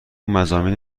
مضامین